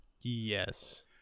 Yes